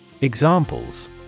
Examples